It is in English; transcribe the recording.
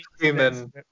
human